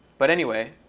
but, anyway,